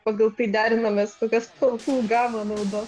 pagal tai derinomės kokia spalvų gamą naudot